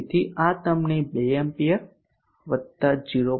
તેથી આ તમને 2 એમ્પીયર 0